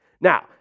Now